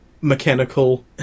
mechanical